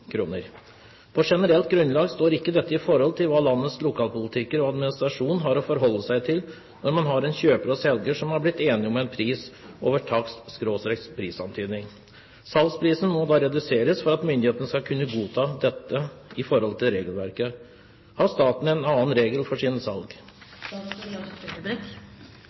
kroner. Prisantydning var 4 200 000 kroner. På generelt grunnlag står ikke dette i forhold til hva landets lokalpolitikere og administrasjon har å forholde seg til når man har en kjøper og selger som har blitt enige om en pris over takst/prisantydning. Salgsprisen må da reduseres for at myndighetene skal kunne godta denne i henhold til regelverket. Har staten en annen regel for sine